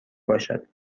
باشد